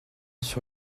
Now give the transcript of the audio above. sur